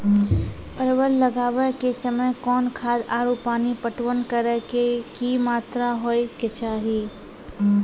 परवल लगाबै के समय कौन खाद आरु पानी पटवन करै के कि मात्रा होय केचाही?